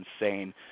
insane